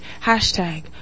hashtag